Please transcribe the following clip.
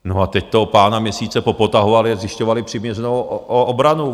No a teď toho pána měsíce popotahovali a zjišťovali přiměřenou obranu.